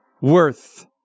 worth